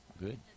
Good